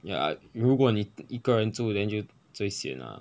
ya I 如果你一个人住 then 就就会 sian lah